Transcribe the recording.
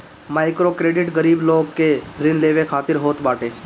microcredit गरीब लोग के ऋण लेवे खातिर होत बाटे